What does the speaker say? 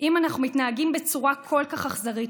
אם אנחנו מתנהגים בצורה כל כך אכזרית